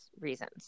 reasons